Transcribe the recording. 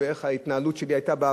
האורחים צריכים לשמח אותם.